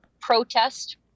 protest